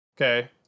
okay